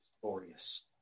glorious